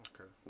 Okay